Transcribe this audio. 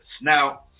Now